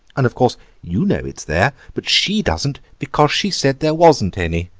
and of course you know it's there, but she doesn't, because she said there wasn't any.